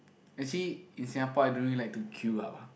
actually in Singapore I don't really like to queue up ah